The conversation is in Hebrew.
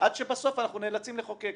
עד שבסוף אנחנו נאלצים לחוקק.